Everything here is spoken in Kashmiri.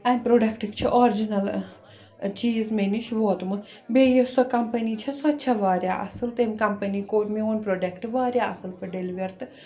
اَمہِ پرٛوڈَکٹٕکۍ چھِ آرجِنَل چیٖز مےٚ نِش ووتمُت بیٚیہِ یۄس سۄ کَمپٔنی چھےٚ سۄ تہِ چھےٚ واریاہ اَصٕل تٔمۍ کَمپٔنی کوٚر میون پرٛوڈَکٹ واریاہ اَصٕل پٲٹھۍ ڈیٚلِوَر تہٕ